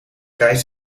reis